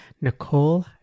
Nicole